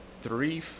three